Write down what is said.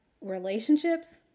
relationships